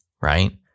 Right